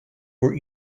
were